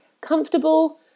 Comfortable